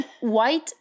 White